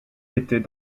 était